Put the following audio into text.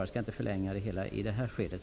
Jag skall inte förlänga debatten i det här skedet.